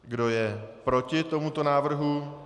Kdo je proti tomuto návrhu?